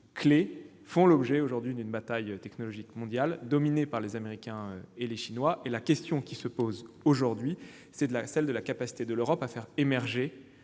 clés font aujourd'hui l'objet d'une bataille technologique mondiale, dominée par les Américains et les Chinois. La question qui se pose à nous est donc celle de la capacité de l'Europe à faire émerger